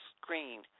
screen